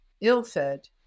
ill-fed